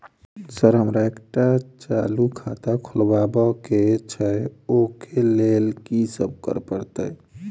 Sir हमरा एकटा चालू खाता खोलबाबह केँ छै ओई लेल की सब करऽ परतै?